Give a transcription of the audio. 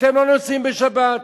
אתם לא נוסעים בשבת,